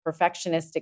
perfectionistic